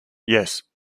yes